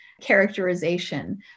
characterization